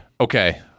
Okay